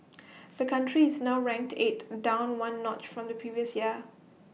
the country is now ranked eighth down one notch from the previous year